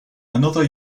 another